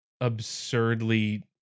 absurdly